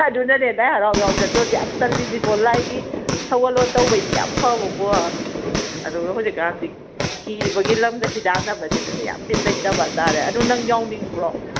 ꯑꯗꯨꯅꯅꯦ ꯂꯥꯏ ꯍꯔꯥꯎ ꯌꯥꯎꯕ ꯆꯠꯄ ꯌꯥꯝ ꯇꯜꯂꯤꯁꯤꯀꯣ ꯂꯥꯏꯒꯤ ꯊꯧꯒꯜꯂꯣꯟ ꯇꯧꯕꯩꯗꯤ ꯌꯥꯝ ꯐꯕꯀꯣ ꯑꯗꯨꯒ ꯍꯧꯖꯤꯛꯀꯥꯟꯁꯤ ꯀꯦꯕꯒꯤ ꯂꯝꯗ ꯍꯤꯗꯥꯟꯅꯕꯁꯤꯗꯅꯦ ꯌꯥꯝ ꯕꯤꯠ ꯂꯩꯇꯕ ꯍꯥꯏꯇꯥꯔꯦ ꯑꯗꯣ ꯅꯪ ꯌꯥꯎꯅꯤꯡꯕ꯭ꯔꯣ